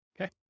Okay